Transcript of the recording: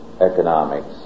economics